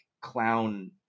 clown